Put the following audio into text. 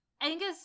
Angus